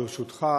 ברשותך,